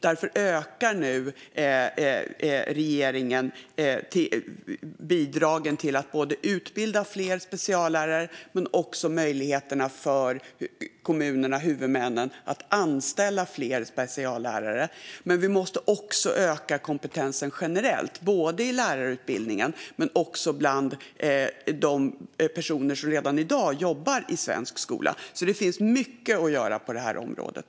Därför ökar nu regeringen bidragen till att utbilda fler speciallärare och möjligheterna för kommunerna, huvudmännen, att anställa fler speciallärare. Vi måste också öka kompetensen generellt, både i lärarutbildningen och bland dem som redan jobbar i svensk skola. Det finns mycket att göra på det här området.